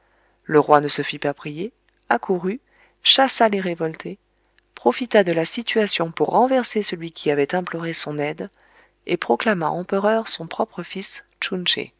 le roi ne se fit pas prier accourut chassa les révoltés profita de la situation pour renverser celui qui avait imploré son aide et proclama empereur son propre fils